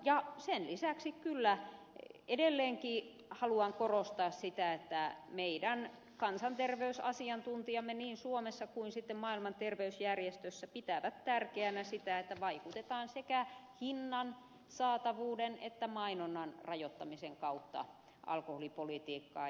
ja sen lisäksi kyllä edelleenkin haluan korostaa sitä että meidän kansanterveysasiantuntijamme niin suomessa kuin sitten maailman terveysjärjestössä pitävät tärkeänä sitä että vaikutetaan sekä hinnan saatavuuden että mainonnan rajoittamisen kautta alkoholipolitiikkaan